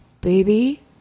baby